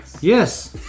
Yes